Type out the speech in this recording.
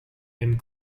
and